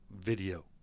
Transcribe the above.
video